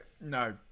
no